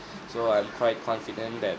so I'm quite confident that